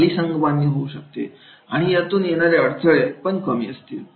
चांगली संघबांधणी होऊ शकते आणि आतून येणारे अडथळे पण कमी असतील